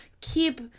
keep